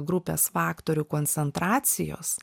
grupės faktorių koncentracijos